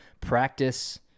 practice